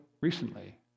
recently